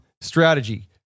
strategy